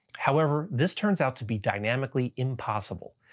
however, this turns out to be dynamically impossible.